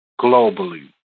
globally